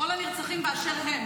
כבוד היושב-ראש,